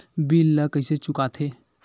bill ला कइसे चुका थे